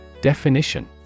Definition